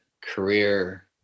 career